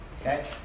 Okay